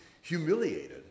humiliated